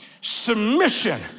submission